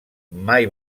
mai